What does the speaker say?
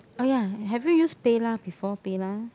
oh ya have you use PayLah before PayLah